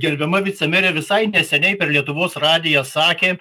gerbiama vicemerė visai neseniai per lietuvos radiją sakė